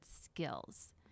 skills